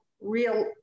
real